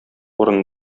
урыны